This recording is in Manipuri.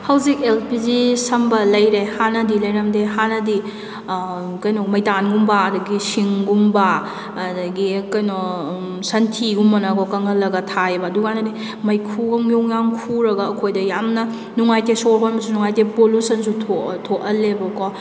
ꯍꯧꯖꯤꯛ ꯑꯦꯜ ꯄꯤ ꯖꯤ ꯁꯝꯕ ꯂꯩꯔꯦ ꯍꯥꯟꯅꯗꯤ ꯂꯩꯔꯝꯗꯦ ꯍꯥꯟꯅꯗꯤ ꯀꯩꯅꯣ ꯃꯩꯇꯥꯟꯒꯨꯝꯕ ꯑꯗꯒꯤ ꯁꯤꯡꯒꯨꯝꯕ ꯑꯗꯒꯤ ꯀꯩꯅꯣ ꯁꯟꯊꯤꯒꯨꯝꯕꯅꯀꯣ ꯀꯪꯍꯜꯂꯒ ꯊꯥꯏꯑꯦꯕ ꯑꯗꯨꯀꯥꯟꯗꯗꯤ ꯃꯩꯈꯨ ꯅꯨꯡꯈꯨ ꯌꯥꯝ ꯈꯨꯔꯒ ꯑꯩꯈꯣꯏꯗ ꯌꯥꯝꯅ ꯅꯨꯡꯉꯥꯏꯇꯦ ꯁꯣꯔ ꯍꯣꯟꯕꯁꯨ ꯅꯨꯡꯉꯥꯏꯇꯦ ꯄꯨꯂꯨꯁꯟꯁꯨ ꯊꯣꯛꯍꯜꯂꯦꯕꯀꯣ